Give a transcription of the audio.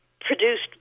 produced